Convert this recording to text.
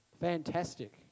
Fantastic